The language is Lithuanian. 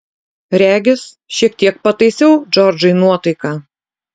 regis šiek tiek pataisiau džordžui nuotaiką